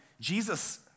Jesus